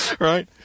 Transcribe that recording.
right